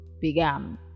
began